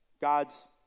God's